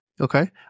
Okay